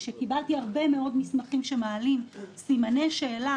וקיבלתי הרבה מאוד מסמכים שמעלים סימני שאלה